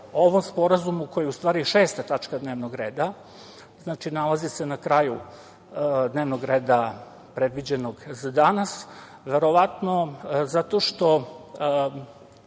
ovom sporazumu koji je u stvari 6. tačka dnevnog reda, znači nalazi se na kraju dnevnog reda predviđenog za danas. Verovatno zato što